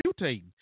mutating